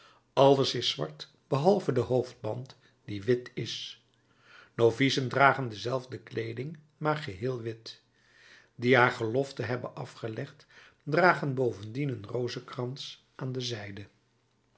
alles is zwart behalve de hoofdband die wit is de novicen dragen dezelfde kleeding maar geheel wit die haar gelofte hebben afgelegd dragen bovendien een rozenkrans aan de zijde